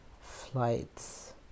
flights